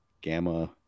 Gamma